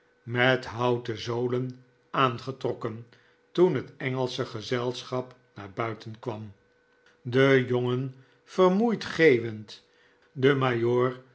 met houten zolen aangetrokken toen het engelsche gezelschap naar buiten kwam de jongen vermoeid geeuwend de